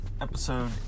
episode